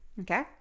okay